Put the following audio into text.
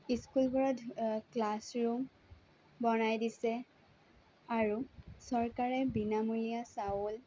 স্কুলবোৰত ক্লাছৰোম বনাই দিছে আৰু চৰকাৰে বিনামূলীয়া চাউল